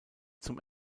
zum